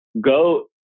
go